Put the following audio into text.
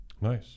Nice